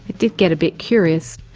did get a bit curious,